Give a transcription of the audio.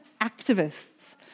activists